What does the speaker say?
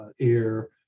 air